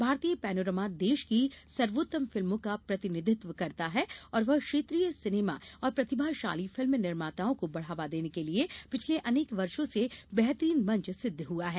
भारतीय पैनोरमा देश की सर्वोत्तम फिल्मों का प्रतिनिधित्व करता है और वह क्षेत्रीय सिनेमा और प्रतिभाशाली फिल्म निर्माताओं को बढ़ावा देने के लिये पिछले अनेक वर्षो से बेहतरीन मंच सिद्ध हुआ है